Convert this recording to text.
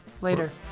Later